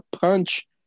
Punch